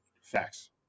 Facts